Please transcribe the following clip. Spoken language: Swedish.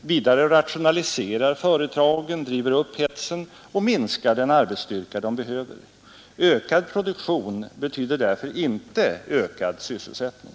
Vidare rationaliserar företagen, driver upp hetsen och minskar den arbetsstyrka de behöver. Ökad produktion betyder därför inte ökad sysselsättning.